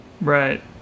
Right